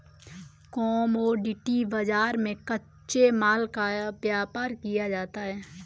commodity बाजार में कच्चे माल का व्यापार किया जाता है